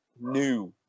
new